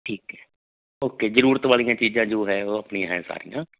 ਠੀਕ ਹੈ ਓਕੇ ਜ਼ਰੂਰਤ ਵਾਲੀਆਂ ਚੀਜ਼ਾਂ ਜੋ ਹੈ ਉਹ ਆਪਣੀ ਹੈ ਸਾਰੀਆਂ